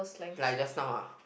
like just now ah